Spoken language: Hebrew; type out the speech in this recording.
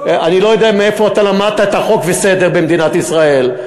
אני לא יודע מאיפה אתה למדת את החוק והסדר במדינת ישראל,